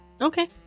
Okay